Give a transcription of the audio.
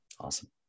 Awesome